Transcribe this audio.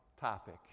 topic